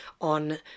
on